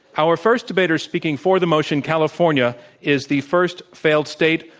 our first debater speaking for the motion, california is the first failed state,